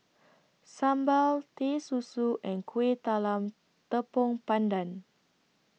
Sambal Teh Susu and Kuih Talam Tepong Pandan